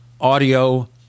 audio